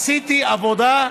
עשיתי עבודה,